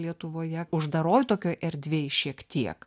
lietuvoje uždaroj tokioj erdvėj šiek tiek